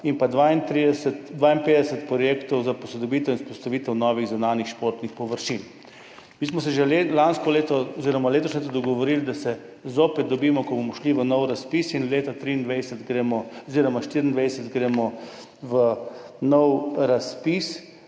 in 52 projektov za posodobitev in vzpostavitev novih zunanjih športnih površin. Mi smo se že lansko leto oziroma letošnje leto dogovorili, da se zopet dobimo, ko bomo šli v nov razpis. Leta 2024 gremo v nov razpis